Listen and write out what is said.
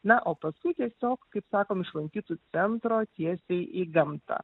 na o paskui tiesiog kaip sakom iš lankytojų centro tiesiai į gamtą